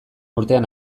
urtean